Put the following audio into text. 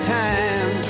time